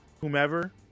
whomever